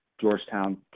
Georgetown